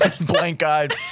Blank-eyed